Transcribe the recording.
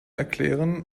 erklären